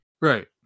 Right